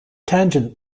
tangent